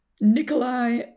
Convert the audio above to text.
Nikolai